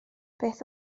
beth